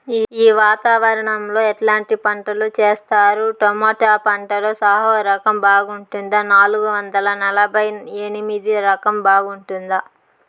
ఈ వాతావరణం లో ఎట్లాంటి పంటలు చేస్తారు? టొమాటో పంటలో సాహో రకం బాగుంటుందా నాలుగు వందల నలభై ఎనిమిది రకం బాగుంటుందా?